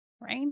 right